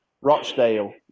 Rochdale